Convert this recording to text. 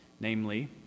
namely